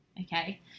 Okay